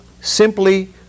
simply